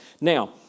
Now